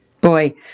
boy